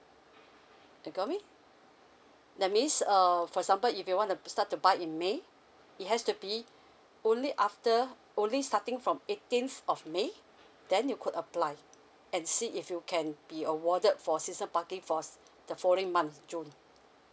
you got me that means err for example if you want to start to buy in may it has to be only after only starting from eighteenth of may then you could apply and see if you can be awarded for season parking for s~ the following month june